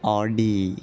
Audi